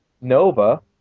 Nova